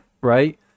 right